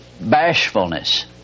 bashfulness